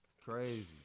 crazy